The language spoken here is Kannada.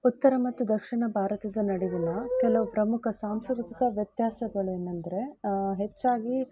ಉತ್ತರ ಮತ್ತು ದಕ್ಷಿಣ ಭಾರತದ ನಡುವಿನ ಕೆಲವು ಪ್ರಮುಖ ಸಾಂಸ್ಕೃತಿಕ ವ್ಯತ್ಯಾಸಗಳು ಏನಂದರೆ ಹೆಚ್ಚಾಗಿ